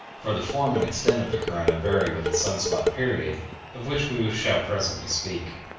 for the form and extent of the corona vary with the sun-spot period of which we shall presently speak.